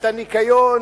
את הניקיון,